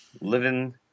living